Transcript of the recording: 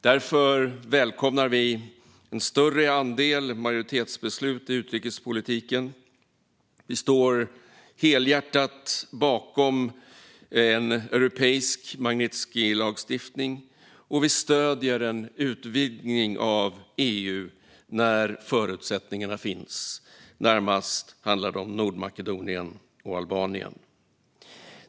Därför välkomnar vi en större andel majoritetsbeslut i utrikespolitiken. Vi står helhjärtat bakom en europeisk Magnitskijlagstiftning, och vi stöder en utvidgning av EU när förutsättningarna finns. Närmast handlar det om Nordmakedonien och Albanien.